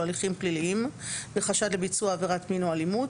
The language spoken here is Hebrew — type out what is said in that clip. הליכים פליליים בחשד לביצוע עבירת מין או אלימות,